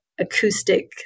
acoustic